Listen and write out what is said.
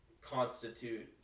constitute